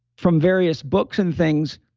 from various books and things.